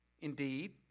Indeed